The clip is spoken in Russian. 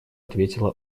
ответила